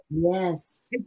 Yes